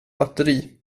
batteri